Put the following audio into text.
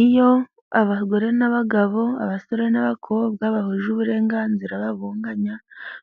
Iyo abagore n'abagabo, abasore n'abakobwa, bahuje uburenganzira babunganya,